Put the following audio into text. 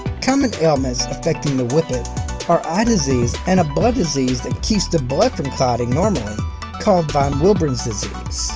common ailments affecting the whippet are eye disease and a blood disease that keeps the blood from clotting normally called von willebrand's.